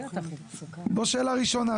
זאת השאלה הראשונה.